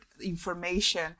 information